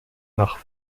nach